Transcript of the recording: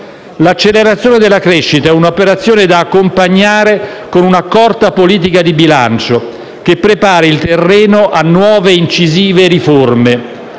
L'accelerazione della crescita è un'operazione da accompagnare con un'accorta politica di bilancio, che prepari il terreno a nuove e incisive riforme,